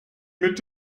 mit